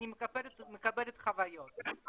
אני מקבלת חוויות.